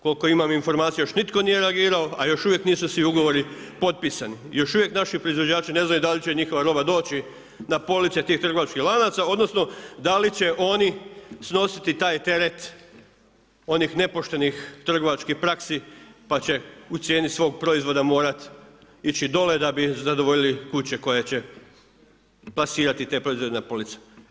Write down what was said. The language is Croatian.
Koliko imam informaciju, još nitko nije reagirao a još uvijek nisu svi ugovori potpisani, još uvijek naši proizvođači ne znaju da li će njihova roba doći na police tih trgovačkih lanaca odnosno da li će oni snositi taj teret onih nepoštenih trgovačkih praksi pa će u cijeni svog proizvoda morati ići dole da bi zadovoljili kuće koje će plasirati te proizvode na police.